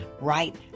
right